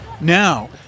Now